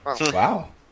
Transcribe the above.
Wow